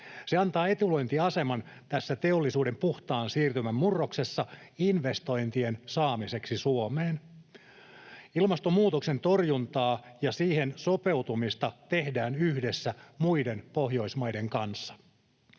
Se antaa etulyöntiaseman tässä teollisuuden puhtaan siirtymän murroksessa investointien saamiseksi Suomeen. Ilmastonmuutoksen torjuntaa ja siihen sopeutumista tehdään yhdessä muiden Pohjoismaiden kanssa.